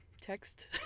text